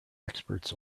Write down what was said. experts